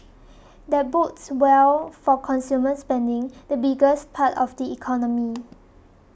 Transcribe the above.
that bodes well for consumer spending the biggest part of the economy